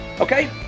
okay